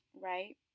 right